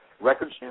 Records